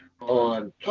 on